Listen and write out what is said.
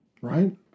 right